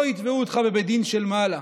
לא יתבעו אותך בבית דין של מעלה.